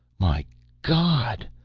my god,